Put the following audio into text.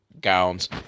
gowns